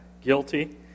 guilty